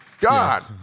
God